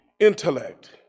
intellect